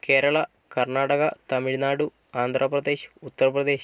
Keralam Karnataka Tamil Nadu Andhra Pradesh Uttar Pradesh